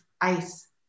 ice